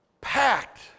packed